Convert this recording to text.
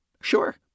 Sure